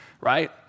right